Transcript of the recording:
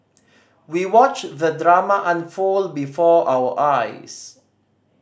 we watched the drama unfold before our eyes